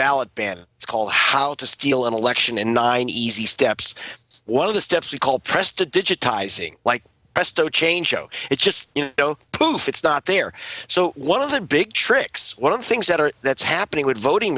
ballot ban is called how to steal an election in nine easy steps one of the steps we call press to digitising like presto change show it just poof it's not there so one of the big tricks one of the things that are that's happening with voting